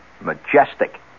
majestic